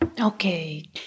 Okay